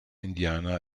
indiana